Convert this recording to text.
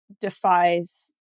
defies